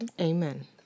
amen